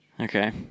Okay